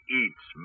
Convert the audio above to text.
eats